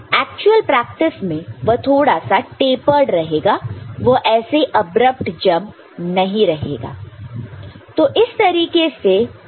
actual practice में वह थोड़ा सा टेपर्ड रहेगा वह ऐसे अब्रप्ट जंप नहीं रहेगा